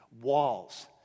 Walls